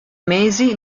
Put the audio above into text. mesi